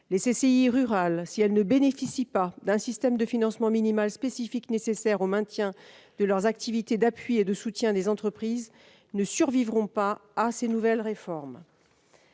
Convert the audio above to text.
Les CCI rurales, si elles ne bénéficient pas d'un système de financement minimal spécifique, nécessaire au maintien de leurs activités d'appui et de soutien des entreprises, ne survivront pas à ces nouvelles réformes.